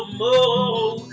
more